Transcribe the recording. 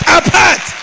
apart